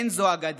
אין זו אגדה,